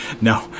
No